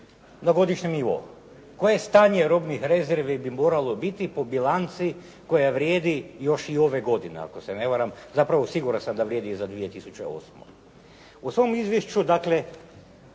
na godišnjem nivou? Koje stanje robnih rezervi bi moralo biti po bilanci koja vrijedi još i ove godine, ako se ne varam, zapravo siguran sam da vrijedi i za 2008. U svom izvješću, dakle